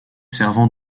servant